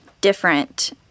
different